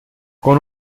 con